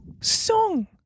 song